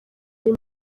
ari